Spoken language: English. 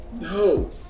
no